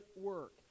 work